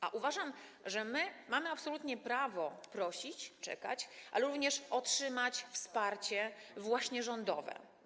A uważam, że my mamy absolutnie prawo prosić, czekać, ale również otrzymać wsparcie właśnie rządowe.